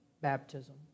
baptism